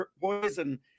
poison